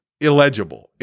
illegible